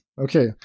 Okay